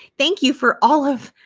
thank you for all of,